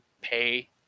pay